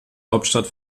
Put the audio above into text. hauptstadt